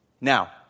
Now